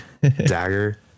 dagger